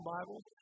Bibles